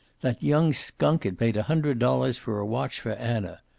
that young skunk had paid a hundred dollars for a watch for anna.